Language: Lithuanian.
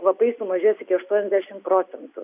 kvapai sumažės iki aštuoniasdešimt procentų